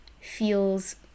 feels